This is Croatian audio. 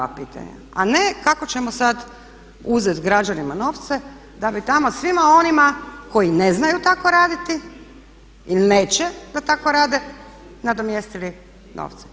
To su prava pitanja, a ne kako ćemo sad uzeti građanima novce da bi tamo svima onima koji ne znaju tako raditi ili neće da tako rade nadomjestili novce.